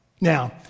Now